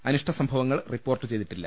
അനിഷ്ടസംഭവങ്ങൾ report ചെയ്തിട്ടില്ല